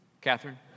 Catherine